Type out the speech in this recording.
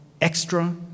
extra